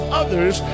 others